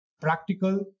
practical